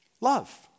love